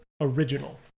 original